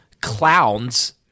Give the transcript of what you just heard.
clowns